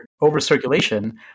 over-circulation